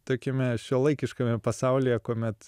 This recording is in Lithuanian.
tokiame šiuolaikiškame pasaulyje kuomet